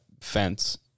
fence